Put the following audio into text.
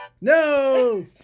No